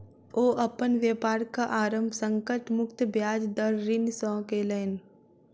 ओ अपन व्यापारक आरम्भ संकट मुक्त ब्याज दर ऋण सॅ केलैन